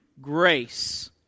grace